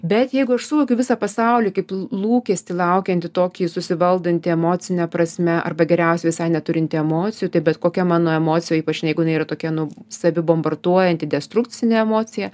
bet jeigu aš suvokiu visą pasaulį kaip l lūkestį laukianti tokį susivaldantį emocine prasme arba geriausiai visai neturinti emocijų tai bet kokia mano emocija ypač jeigu jinai yra tokia nu savibombarduojanti destrukcinė emocija